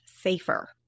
safer